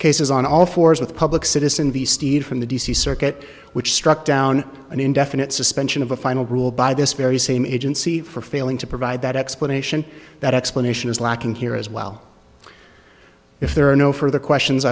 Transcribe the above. cases on all fours with public citizen the steve from the d c circuit which struck down an indefinite suspension of a final rule by this very same agency for failing to provide that explanation that explanation is lacking here as well if there are no further questions